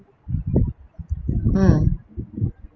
mm